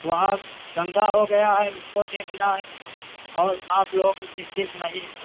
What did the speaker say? वहाँ दंगा हो गया है उसको देखना है और आप लोग निश्चित नहीं हैं